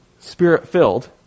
spirit-filled